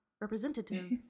representative